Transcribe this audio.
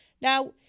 Now